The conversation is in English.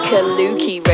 Kaluki